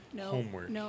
homework